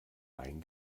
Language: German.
main